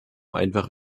einfach